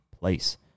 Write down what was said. place